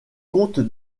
compte